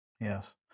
Yes